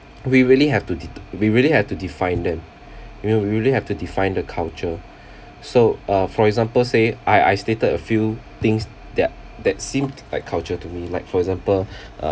we really have to dete~ we really have to define them you know we really have to define the culture so uh for example say I I stated a few things that that seemed like culture to me like for example